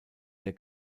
der